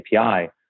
API